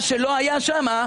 מה שלא היה שם,